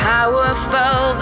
Powerful